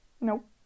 Nope